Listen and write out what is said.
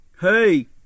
Hey